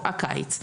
הקיץ?